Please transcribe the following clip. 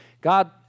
God